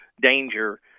danger